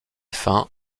fin